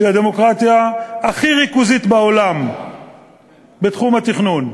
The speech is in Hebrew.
שהיא הדמוקרטיה הכי ריכוזית בעולם בתחום התכנון.